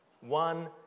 one